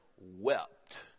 wept